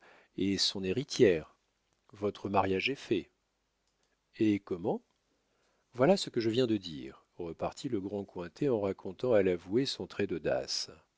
est son héritière votre mariage est fait et comment voilà ce que je viens de dire repartit le grand cointet en racontant à l'avoué son trait d'audace